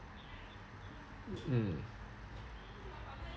mm